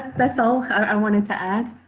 that's all i wanted to add.